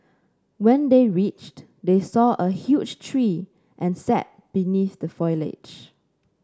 when they reached they saw a huge tree and sat beneath the foliage